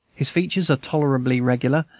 his features are tolerably regular,